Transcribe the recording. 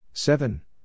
Seven